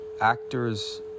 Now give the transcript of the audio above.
actors